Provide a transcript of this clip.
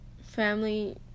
family